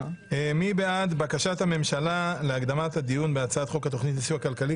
מי בעד בקשת הממשלה להקדמת הדיון בהצעת חוק התוכנית לסיוע כלכלי,